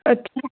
ਅੱਛਾ